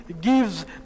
gives